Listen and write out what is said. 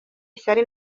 ishyari